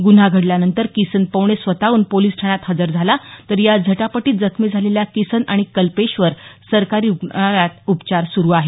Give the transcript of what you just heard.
गुन्हा घडल्यानंतर किसन पवणे स्वतहन पोलिस ठाण्यात हजर झाला तर या झटापटीत जखमी झालेल्या किसन आणि कल्पेशवर सरकारी रूग्णालयात उपचार सुरू आहेत